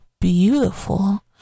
beautiful